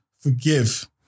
forgive